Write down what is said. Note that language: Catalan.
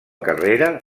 carrera